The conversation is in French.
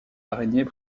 araignées